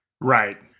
Right